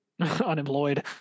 Unemployed